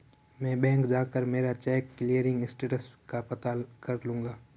मैं बैंक जाकर मेरा चेक क्लियरिंग स्टेटस का पता कर लूँगा